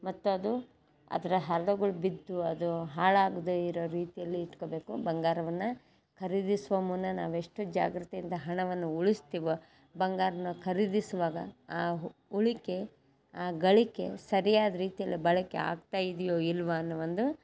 ಮತ್ತು ಅದು ಅದರ ಹರ್ಳುಗಳು ಬಿದ್ದು ಅದು ಹಾಳಾಗದೇ ಇರೋ ರೀತಿಯಲ್ಲಿ ಇಟ್ಕೋಬೇಕು ಬಂಗಾರವನ್ನು ಖರೀದಿಸುವ ಮುನ್ನ ನಾವು ಎಷ್ಟು ಜಾಗೃತಿಯಿಂದ ಹಣವನ್ನು ಉಳಿಸ್ತೀವೋ ಬಂಗಾರನ ಖರೀದಿಸುವಾಗ ಆ ಉಳಿಕೆ ಆ ಗಳಿಕೆ ಸರಿಯಾದ ರೀತಿಯಲ್ಲಿ ಬಳಕೆ ಆಗ್ತಾ ಇದೆಯೋ ಇಲ್ವೋ ಅನ್ನೋ ಒಂದು